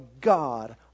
God